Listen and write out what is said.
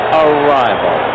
arrival